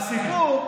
הסיפור,